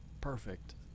perfect